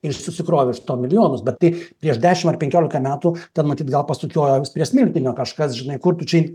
ir susikrovęs milijonus bet kai prieš dešimt ar penkiolika metų ten matyt gal pasukiojo jiems prie smilkinio kažkas kur tu čia